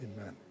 amen